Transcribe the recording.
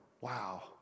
wow